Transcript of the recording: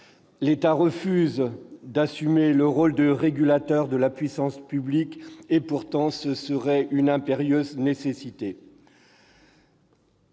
l'État refuse d'assumer le rôle de régulateur de la puissance publique. Il s'agit pourtant d'une impérieuse nécessité